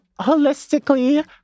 holistically